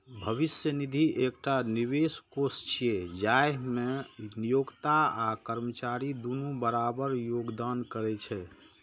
भविष्य निधि एकटा निवेश कोष छियै, जाहि मे नियोक्ता आ कर्मचारी दुनू बराबर योगदान करै छै